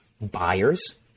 buyers